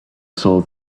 saw